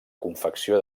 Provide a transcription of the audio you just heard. confecció